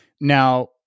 now